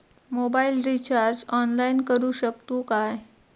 Mobile recharge online करुक शकतू काय?